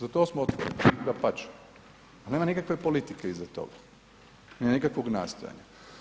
Za to smo otvoreni, dapače, nema nikakve politike iza toga, nema nikakvog nastojanja.